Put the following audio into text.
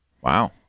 Wow